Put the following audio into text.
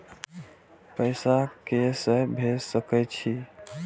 पैसा के से भेज सके छी?